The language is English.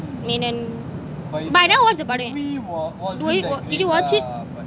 Menon but I never watch the padam do you did you watch it